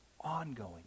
ongoing